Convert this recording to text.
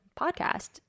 podcast